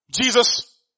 Jesus